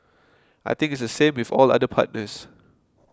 I think it's the same with all other partners